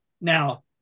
now